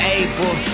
able